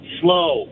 slow